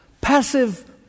passive